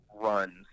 runs